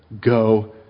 go